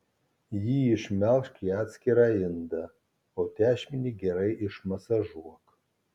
jį išmelžk į atskirą indą o tešmenį gerai išmasažuok